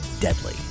Deadly